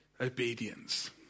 obedience